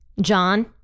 John